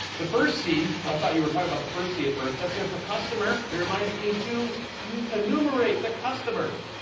the first c, i thought you were talking about the first c at first. that's stands for costumer. it reminds me to enumerate the costumers.